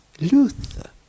Luther